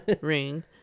ring